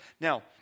Now